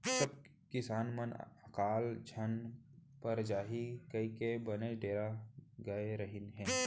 सब किसान मन अकाल झन पर जाही कइके बनेच डेरा गय रहिन हें